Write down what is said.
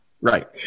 Right